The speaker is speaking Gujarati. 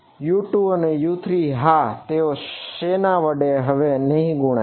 U2 અને U3 હા તેઓ શેના વડે નહિ ગુણાય